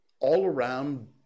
all-around